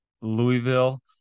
Louisville